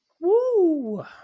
Woo